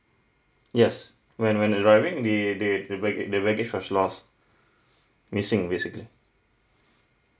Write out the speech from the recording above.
yes when when arriving the the the baggage the baggage was lost missing basically